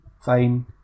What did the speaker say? Fine